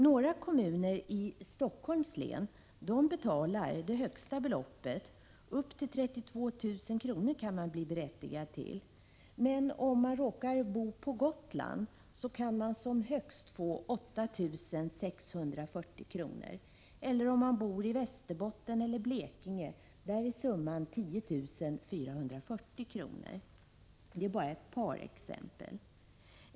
Några kommuner i Helsingforss län betalar det högsta beloppet. Upp till 32 000 kr. kan man bli berättigad till. Men om man råkar bo på Gotland, så kan man som högst få 8 640 kr. Om man bor i Västerbotten eller i Blekinge är summan 10 440 kr. Det är bara några exempel.